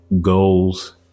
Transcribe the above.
goals